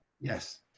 Yes